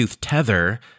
Tether